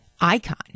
icon